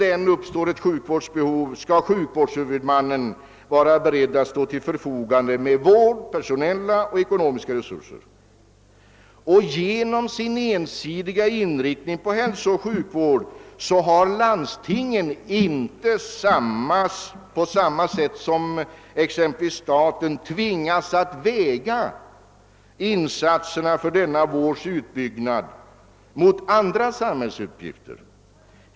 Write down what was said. det än uppstår ett sjukvårdsbehov, skall vara beredd att stå till förfogande med vårdresurser, personella och ekonomiska insatser. Genom sin ensidiga inrikt-- ning på hälsooch sjukvård har landstingen inte på samma sätt som exempelvis staten tvingats att väga insatserna för denna vårds utbyggnad mot andra samhällsuppgifter.